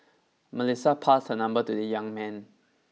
Melissa passed her number to the young man